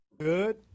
Good